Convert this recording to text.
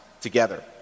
together